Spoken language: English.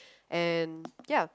and ya